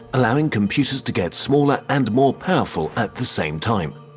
allowing computers to get smaller and more powerful at the same time.